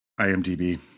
IMDb